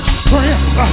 strength